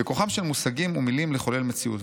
"בכוחם של מושגים ומילים לחולל מציאות,